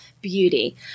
beauty